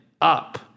up